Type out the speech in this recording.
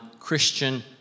Christian